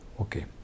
Okay